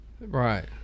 Right